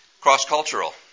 Cross-cultural